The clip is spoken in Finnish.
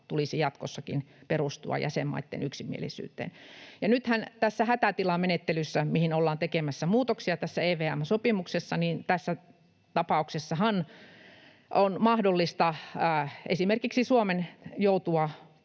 tulisi jatkossakin perustua jäsenmaitten yksimielisyyteen. Nythän tässä hätätilamenettelyn tapauksessahan, mihin ollaan tekemässä muutoksia tässä EVM-sopimuksessa, on mahdollista esimerkiksi Suomen joutua